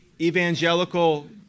evangelical